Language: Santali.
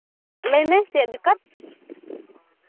ᱞᱟᱹᱭᱢᱮ ᱪᱮᱫ ᱫᱤᱠᱠᱟᱹᱛ